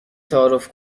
تعارف